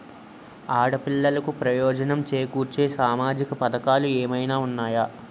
ఆడపిల్లలకు ప్రయోజనం చేకూర్చే సామాజిక పథకాలు ఏమైనా ఉన్నాయా?